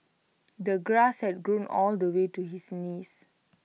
the grass had grown all the way to his knees